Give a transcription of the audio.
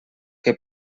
que